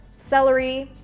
celery,